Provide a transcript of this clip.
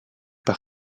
par